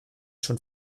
schon